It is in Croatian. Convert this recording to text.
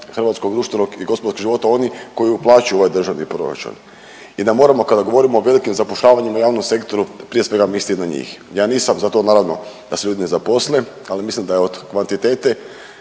hrvatskog društvenog i gospodarskog života oni koji uplaćuju u ovaj državni proračun i da moramo kada govorimo o velikim zapošljavanjima u javnom sektoru prije svega misliti na njih. Ja nisam za to naravno da se ljudi ne zaposle, ali mislim da je od kvantitete